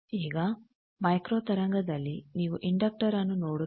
ಈಗ ಮೈಕ್ರೋ ತರಂಗದಲ್ಲಿ ನೀವು ಇಂಡಕ್ಟರ್ನ್ನು ನೋಡುತ್ತೀರಿ